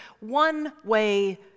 one-way